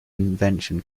invention